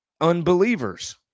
unbelievers